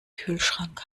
kühlschrank